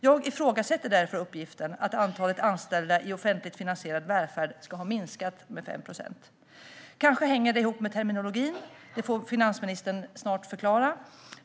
Jag ifrågasätter därför uppgiften att antalet anställda i offentligt finansierad välfärd ska ha minskat med 5 procent. Kanske hänger det ihop med terminologin; det får finansministern snart förklara.